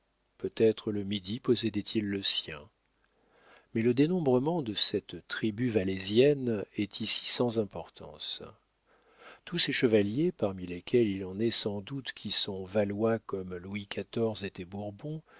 peut-être le midi possédait-il le sien mais le dénombrement de cette tribu valésienne est ici sans importance tous ces chevaliers parmi lesquels il en est sans doute qui sont valois comme louis